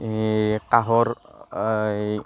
কাঁহৰ